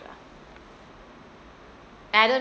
lah and I don't